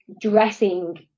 dressing